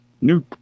New